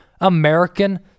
American